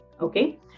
okay